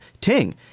ting